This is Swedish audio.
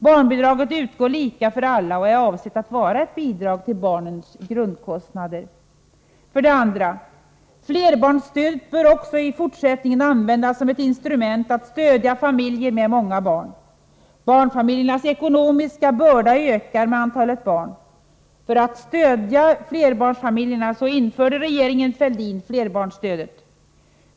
Barnbidraget utgår lika för alla och är avsett att vara ett bidrag till grundkostnaderna för barnen. För det andra: Flerbarnsstödet bör också i fortsättningen användas som ett instrument att stödja familjer med många barn. Barnfamiljernas ekonomiska börda ökar med antalet barn. För att stödja flerbarnsfamiljerna införde regeringen Fälldin flerbarnsstödet.